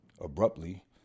abruptly